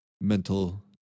mental